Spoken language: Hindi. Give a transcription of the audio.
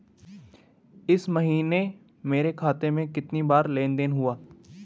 इस महीने मेरे खाते में कितनी बार लेन लेन देन हुआ है?